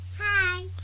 Hi